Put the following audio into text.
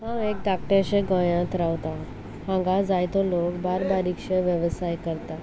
हांव एक धाकट्याशे गोंयांत रावतां हांगा जायतो लोक बार बारीकशे वेवसाय करता